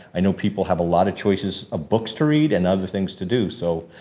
i know people have a lot of choices of books to read and other things to do. so,